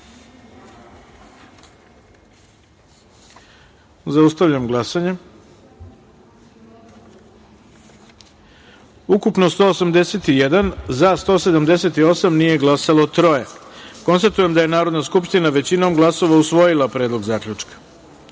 taster. Zaustavljam glasanje: ukupno 181, za – 178, nije glasalo – troje. Konstatujem da je Narodna skupština većinom glasova usvojila Predlog zaključka. Stavljam